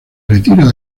retira